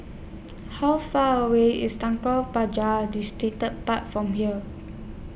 How Far away IS Pagar Distripark from here